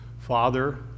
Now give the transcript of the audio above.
Father